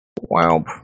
Wow